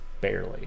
Barely